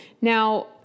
Now